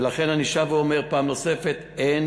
ולכן אני שב ואומר פעם נוספת: אין